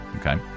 Okay